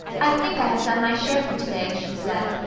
i think i have done my share for to-day, she said.